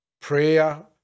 prayer